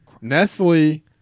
Nestle